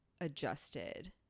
adjusted